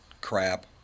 crap